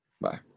Bye